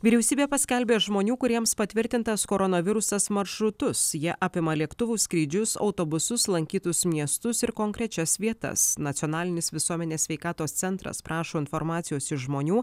vyriausybė paskelbė žmonių kuriems patvirtintas koronavirusas maršrutus jie apima lėktuvų skrydžius autobusus lankytus miestus ir konkrečias vietas nacionalinis visuomenės sveikatos centras prašo informacijos iš žmonių